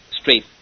straight